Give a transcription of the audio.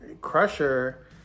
Crusher